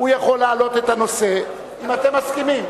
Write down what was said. והוא יכול להעלות את הנושא, אם אתם מסכימים.